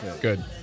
Good